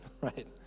right